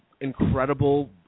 incredible